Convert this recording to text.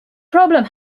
problem